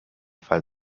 fall